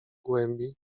głębi